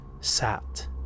sat